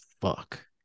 fuck